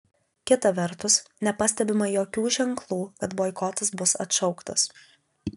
kita vertus nepastebima jokių ženklų kad boikotas bus atšauktas